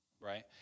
right